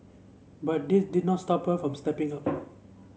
but this did not stop her from stepping up